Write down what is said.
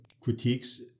critiques